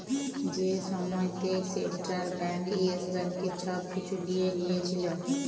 যে সময়তে central bank Yes ব্যাংকের ছব কিছু লিঁয়ে লিয়েছিল